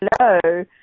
Hello